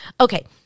Okay